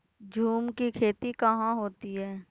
झूम की खेती कहाँ होती है?